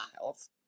miles